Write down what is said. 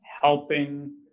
helping